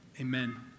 amen